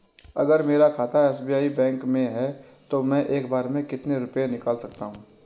अगर मेरा खाता एस.बी.आई बैंक में है तो मैं एक बार में कितने रुपए निकाल सकता हूँ?